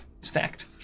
stacked